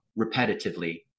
repetitively